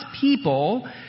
people